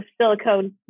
silicone